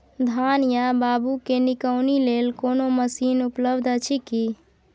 धान या बाबू के निकौनी लेल कोनो मसीन उपलब्ध अछि की?